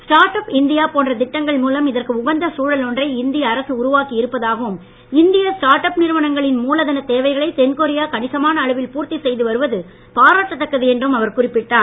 startup India போன்ற திட்டங்கள் மூலம் இதற்கு உகந்த சூழல் ஒன்றை இந்தியா அரசு உருவாக்கி இருப்பதாகவும் இந்திய ஸ்டார்ட் அப் நிறுவனங்களின் மூலத்தனத் தேவைகளை தென்கொரியா கணிசமான அளவில் பூர்த்தி செய்து வருவது பாராட்டத்தக்கது என்றும் குறிப்பிட்டார்